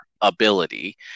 ability